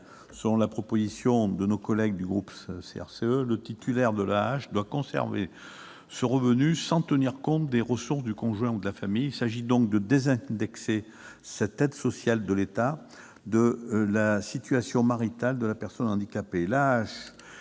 Selon la proposition de loi de nos collègues du groupe CRCE, le titulaire de cette allocation doit pouvoir conserver ce revenu sans que soient prises en compte les ressources du conjoint ou de la famille. Il s'agit donc de désindexer cette aide sociale de l'État de la situation maritale de la personne handicapée.